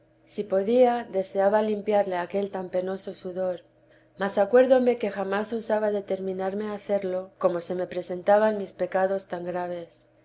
si podía deseaba limpiarle aquel tan penoso sudor mas acuerdóme que jamás osaba determinarme a hacerlo como se me presentaban mis pecados tan graves